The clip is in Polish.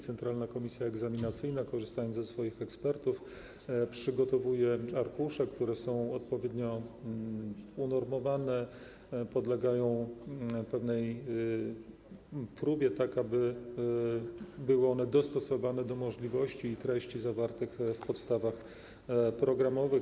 Centralna Komisja Egzaminacyjna, korzystając ze swoich ekspertów, przygotowuje arkusze, które są odpowiednio unormowane, podlegają pewnej próbie, tak aby były one dostosowane do możliwości uczniów i treści zawartych w podstawach programowych.